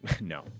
No